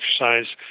exercise